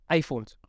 iPhones